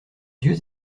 yeux